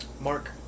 Mark